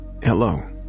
Hello